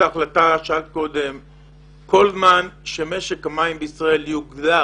שמשק המים בישראל יוגדר